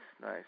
nice